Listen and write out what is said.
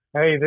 hey